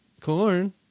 corn